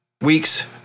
week's